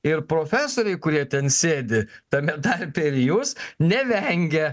ir profesoriai kurie ten sėdi tame tarpe ir jūs nevengia